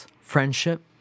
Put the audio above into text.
friendship